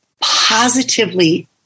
positively